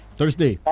Thursday